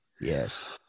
Yes